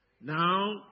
Now